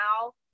now